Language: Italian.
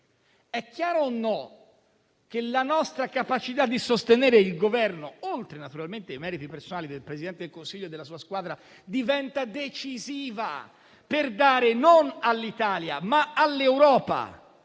È chiaro o no che la nostra capacità di sostenere il Governo, oltre naturalmente ai meriti personali del Presidente del Consiglio e della sua squadra, diventa decisiva per dare non all'Italia, ma all'Europa